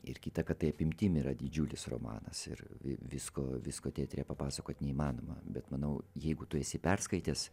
ir kita kad tai apimtim yra didžiulis romanas ir visko visko teatre papasakot neįmanoma bet manau jeigu tu esi perskaitęs